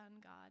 god